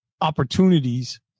opportunities